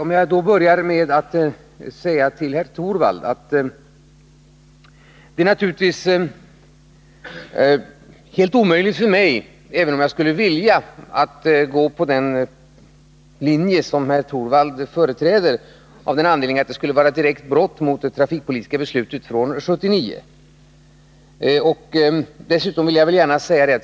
Till att börja med vill jag då säga att det naturligtvis är helt omöjligt för mig, även om jag skulle vilja, att följa den linje som herr Torwald företräder, av den anledningen att det skulle vara ett direkt brott mot det trafikpolitiska beslutet från 1979.